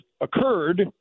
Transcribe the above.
occurred